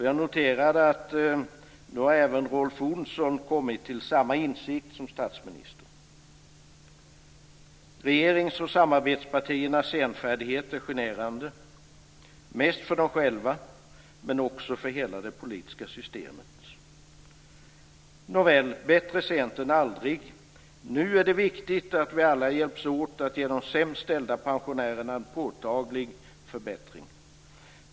Jag noterade att även Rolf Olsson nu kommit till samma insikt som statsministern. Regeringens och samarbetspartiernas senfärdighet är generande - mest för dem själva men också för hela det politiska systemet. Nåväl, bättre sent än aldrig. Nu är det viktigt att vi alla hjälps åt att ge de sämst ställda pensionärerna en påtaglig förbättring.